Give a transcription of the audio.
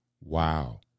Wow